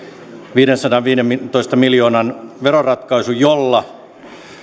viidensadanviidentoista miljoonan veroratkaisu jolla